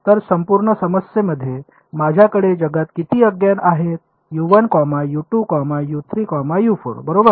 तर संपूर्ण समस्येमध्ये माझ्याकडे जगात किती अज्ञात आहेत बरोबर